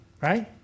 Right